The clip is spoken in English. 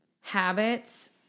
habits